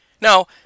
Now